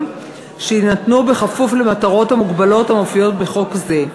שיינתנו בכפוף למטרות המוגבלות המופיעות בחוק זה.